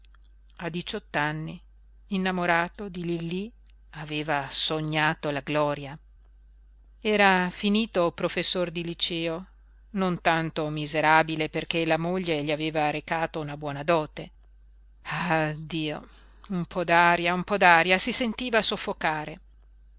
a diciott'anni innamorato di lillí aveva sognato la gloria era finito professor di liceo non tanto miserabile perché la moglie gli aveva recato una buona dote ah dio un po d'aria un po d'aria si sentiva soffocare